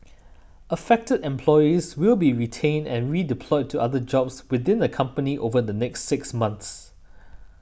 affected employees will be retrained and redeployed to other jobs within the company over the next six months